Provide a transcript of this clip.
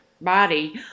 body